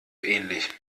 ähnlich